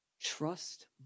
Trust